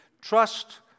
trust